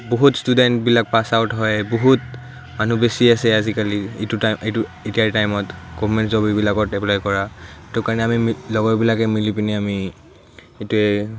বহুত ইষ্টুডেণ্টবিলাক pass out হয় বহুত মানুহ বেছি আছে আজিকালি এইটো এইটো এতিয়াৰ টাইমত গভমেণ্ট জব এইবিলাকত এপ্লাই কৰা সেইটো কাৰণে আমি লগৰবিলাকে মিলি পিনি আমি এইটোৱে